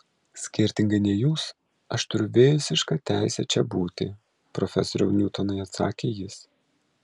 skirtingai nei jūs aš turiu visišką teisę čia būti profesoriau niutonai atsakė jis